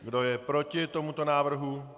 Kdo je proti tomuto návrhu?